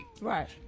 Right